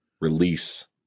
release